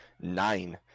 Nine